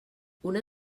una